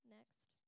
Next